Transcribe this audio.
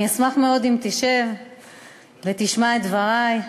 אני אשמח מאוד אם תשב ותשמע את דברי.